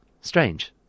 Strange